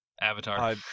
Avatar